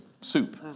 soup